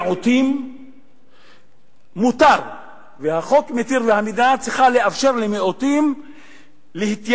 מיעוט מותר והחוק מתיר והמדינה צריכה לאפשר למיעוטים להתייחד